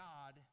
God